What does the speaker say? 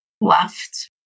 left